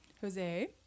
Jose